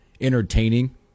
entertaining